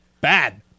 Bad